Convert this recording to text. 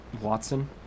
Watson